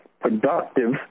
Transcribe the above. productive